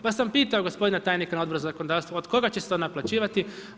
Pa sam pitao gospodina tajnika na Odboru za zakonodavstvo, od koga će se to naplaćivati?